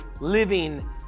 living